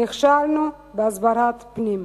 נכשלנו בהסברת פנים,